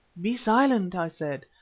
be silent i said,